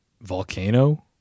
Volcano